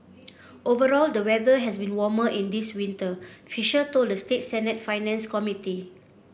overall the weather has been warmer in this winter fisher told the state Senate's Finance Committee